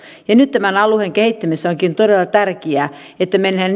ja nyt tämän alueen kehittämisessä onkin todella tärkeää että mennään